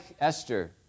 Esther